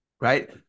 Right